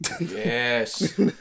Yes